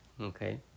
Okay